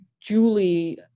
Julie